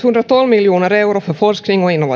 miljoner euro för